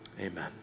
Amen